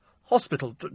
hospital